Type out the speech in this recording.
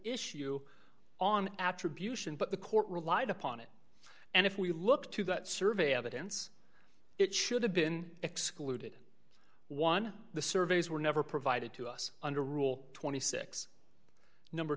issue on attribution but the court relied upon it and if we look to that survey evidence it should have been excluded one the surveys were never provided to us under rule twenty six number